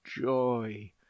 joy